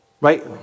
Right